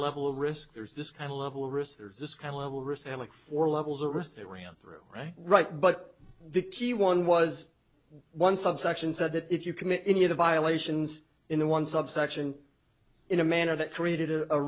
level of risk there's this kind of level of risk there's this kind of level of risk hammack four levels of risk that ran through right right but the key one was one subsection said that if you commit any of the violations in the one subsection in a manner that created a